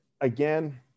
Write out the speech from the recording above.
again